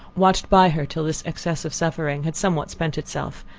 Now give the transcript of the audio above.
watched by her till this excess of suffering had somewhat spent itself,